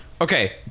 okay